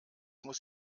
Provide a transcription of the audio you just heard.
muss